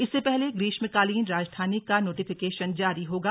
इससे पहले ग्रीष्मकालीन राजधानी का नोटिफिकेशन जारी होगा